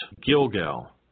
Gilgal